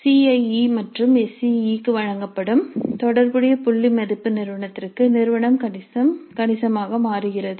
C I E மற்றும் S E E க்கு வழங்கப்படும் தொடர்புடைய புள்ளி மதிப்பு நிறுவனத்திற்கு நிறுவனம் கணிசமாக மாறுகிறது